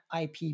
IP